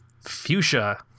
fuchsia